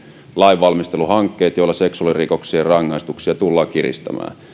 lainvalmisteluhankkeet joilla seksuaalirikoksien rangaistuksia tullaan kiristämään